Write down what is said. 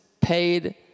paid